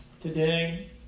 today